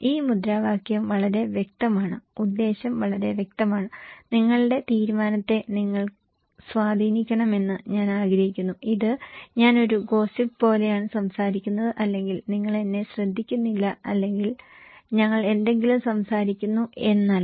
ഈ മുദ്രാവാക്യം വളരെ വ്യക്തമാണ് ഉദ്ദേശം വളരെ വ്യക്തമാണ് നിങ്ങളുടെ തീരുമാനത്തെ നിങ്ങൾ സ്വാധീനിക്കണമെന്ന് ഞാൻ ആഗ്രഹിക്കുന്നു ഇത് ഞാൻ ഒരു ഗോസിപ്പ് പോലെയാണ് സംസാരിക്കുന്നത് അല്ലെങ്കിൽ നിങ്ങൾ എന്നെ ശ്രദ്ധിക്കുന്നില്ല അല്ലെങ്കിൽ ഞങ്ങൾ എന്തെങ്കിലും സംസാരിക്കുന്നു എന്നല്ല